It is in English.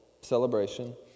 celebration